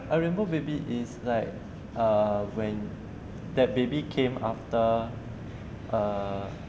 a rainbow baby is like a when that baby came after a